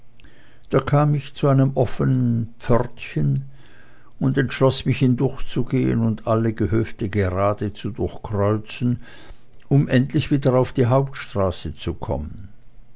da kam ich zu einem offenstehenden pförtchen und entschloß mich hindurchzugehen und alle gehöfte gerade zu durchkreuzen um endlich wieder auf die hauptstraße zu kommen